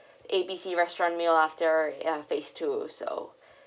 A B C restaurant meal after uh phase two so